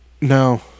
no